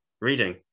reading